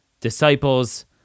disciples